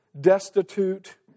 destitute